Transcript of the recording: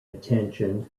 attention